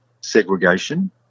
segregation